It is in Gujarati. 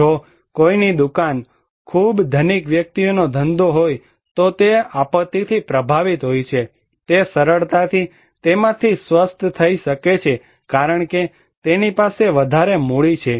જો કોઈની દુકાન ખૂબ ધનિક વ્યક્તિનો ધંધો હોય તો તે આપત્તિથી પ્રભાવિત હોય છે તે સરળતાથી તેમાંથી સ્વસ્થ થઈ શકે છે કારણ કે તેની પાસે વધારે મૂડી છે